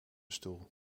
stoel